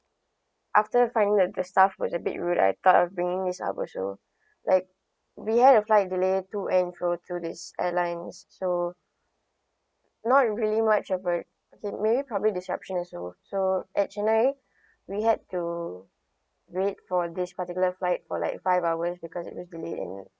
after finding the the staff was a bit rude I thought of bringing this up also like we have a flight delay through and flow through this airlines so not really much of a okay maybe probably disruption as well so at chennai we had to wait for this particular flight for like five hours because it was delayed and